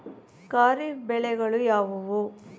ಖಾರಿಫ್ ಬೆಳೆಗಳು ಯಾವುವು?